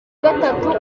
gatatu